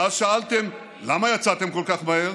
ואז שאלתם: למה יצאתם כל כך מהר?